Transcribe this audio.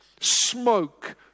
smoke